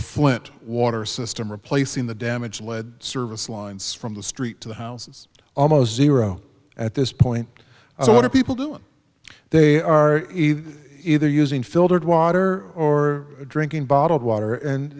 flint water system replacing the damage lead service lines from the street to the house it's almost zero at this point so what are people doing they are either either using filtered water or drinking bottled water and